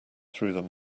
through